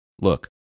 Look